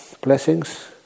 blessings